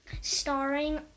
starring